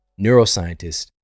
neuroscientist